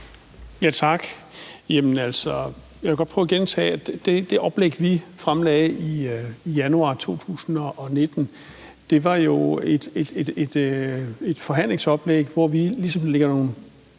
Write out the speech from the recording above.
Tak. Jeg vil godt prøve at gentage, at det oplæg, vi fremlagde i januar 2019, jo var et forhandlingsoplæg, hvor vi ligesom lagde et